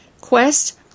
Quest